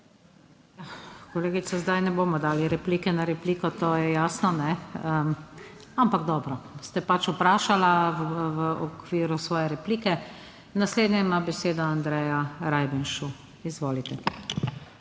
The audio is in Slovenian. Kolegica, zdaj ne bomo dali replike na repliko, to je jasno, kajne ampak dobro, ste pač vprašala v okviru svoje replike. Naslednja ima besedo Andreja Rajbenšu. Izvolite.